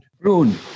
Brune